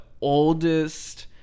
oldest